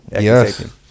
Yes